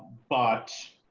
but